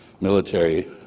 military